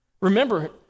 Remember